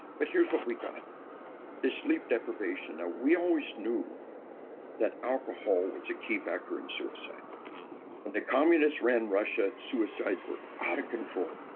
but here's what we got the sleep deprivation. now, we always knew that alcohol was a key factor in suicide when the communists ran russia, suicides were out of control.